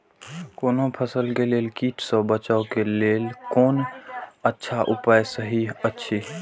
कोनो फसल के लेल कीट सँ बचाव के लेल कोन अच्छा उपाय सहि अछि?